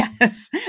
Yes